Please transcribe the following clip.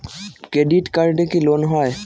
Credit কার্ডে কি loan হয়?